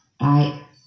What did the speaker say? right